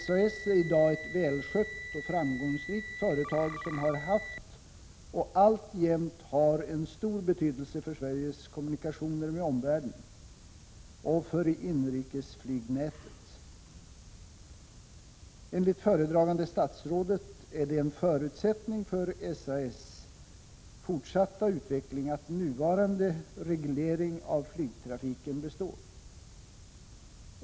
SAS är i dag ett välskött och framgångsrikt företag, som har haft och alltjämt har en stor betydelse för Sveriges kommunikationer med omvärlden och för inrikesflygnätet. Enligt föredragande statsrådet är det en förutsättning för SAS fortsatta utveckling att nuvarande reglering av flygtrafiken består.